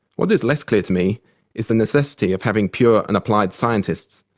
what is less clear to me is the necessity of having pure and applied scientists.